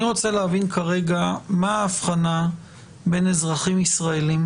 אני רוצה להבין כרגע מה ההבחנה בין אזרחים ישראלים